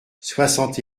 soixante